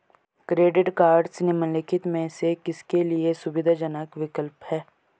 Credit cards निम्नलिखित में से किसके लिए सुविधाजनक विकल्प हैं?